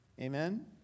Amen